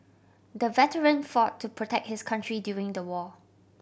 the veteran fought to protect his country during the war